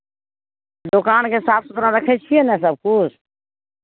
दोकानकेँ साफ सुथड़ा रखै छियै ने सभकिछु